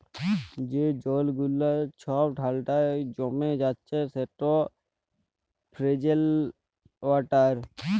যে জল গুলা ছব ঠাল্ডায় জমে যাচ্ছে সেট ফ্রজেল ওয়াটার